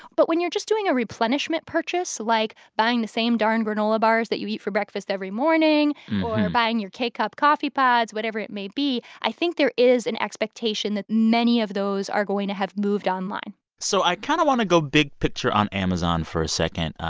but when you're just doing a replenishment purchase, like buying the same darn granola bars that you eat for breakfast every morning or buying your k-cup coffee pods whatever it may be, i think there is an expectation that many of those are going to have moved online so i kind of want to go big picture on amazon for a second.